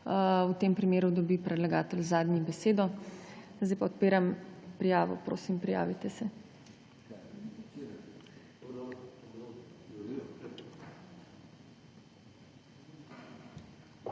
V tem primeru dobi predlagatelj zadnji besedo. Odpiram prijavo. Prosim, prijavite se.